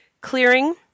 clearing